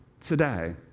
today